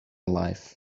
life